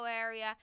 area